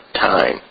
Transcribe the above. time